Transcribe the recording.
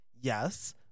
Yes